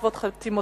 (רשיונות לעבודות חשמל),